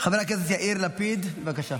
חבר הכנסת יאיר לפיד, בבקשה.